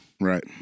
Right